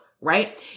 right